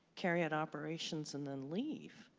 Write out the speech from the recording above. carry out operations, and then leave.